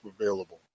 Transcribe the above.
available